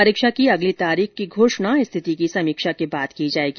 परीक्षा की अगली तारीख की घोषणा स्थिति की समीक्षा के बाद की जायेगी